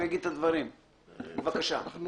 מיקי, בשביל זה אני מבקש שהוא יגיד את הדברים.